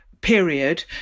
period